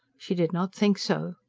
she did not think so.